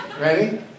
Ready